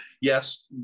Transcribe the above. yes